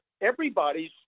everybody's